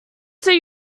say